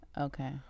Okay